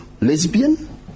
lesbian